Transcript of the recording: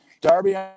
Darby